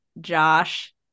Josh